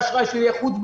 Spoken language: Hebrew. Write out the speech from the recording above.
חברות אשראי חוץ-בנקאיות,